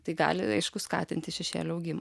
tai gali aišku skatinti šešėlio augimą